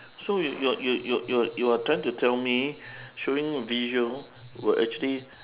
so you you're you're you're you're you're trying to tell me showing visual will actually